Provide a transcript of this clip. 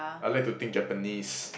I like to think Japanese